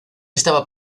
estaba